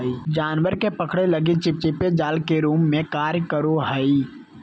जानवर के पकड़े लगी चिपचिपे जाल के रूप में कार्य करो हइ